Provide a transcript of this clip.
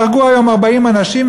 והרגו היום 40 אנשים,